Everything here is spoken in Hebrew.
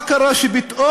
מה קרה שפתאום,